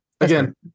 Again